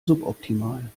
suboptimal